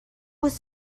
was